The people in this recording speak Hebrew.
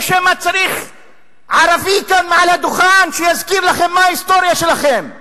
או שמא צריך ערבי כאן מעל הדוכן שיזכיר לכם מה ההיסטוריה שלכם?